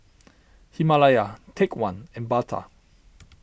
Himalaya Take one and Bata